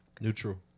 Neutral